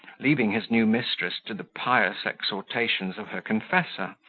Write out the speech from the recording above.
leaving his new mistress to the pious exhortations of her confessor,